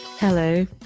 Hello